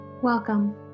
Welcome